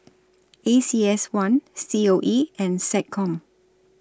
A C S one C O E and Seccom